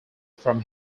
from